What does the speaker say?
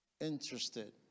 interested